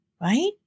right